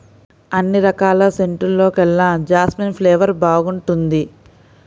అన్ని రకాల సెంటుల్లోకెల్లా జాస్మిన్ ఫ్లేవర్ బాగుంటుంది